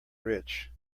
rich